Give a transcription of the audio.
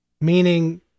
Meaning